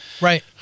Right